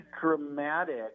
dramatic